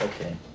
Okay